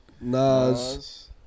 Nas